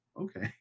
okay